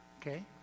okay